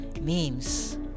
memes